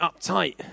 uptight